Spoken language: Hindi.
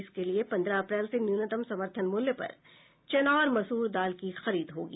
इसके लिए पन्द्रह अप्रैल से न्यूनतम समर्थन मूल्य पर चना और मसूर दाल की खरीद होगी